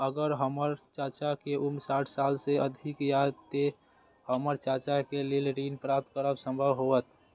अगर हमर चाचा के उम्र साठ साल से अधिक या ते हमर चाचा के लेल ऋण प्राप्त करब संभव होएत?